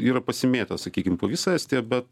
yra pasimėtę sakykime po visą estiją bet